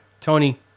Tony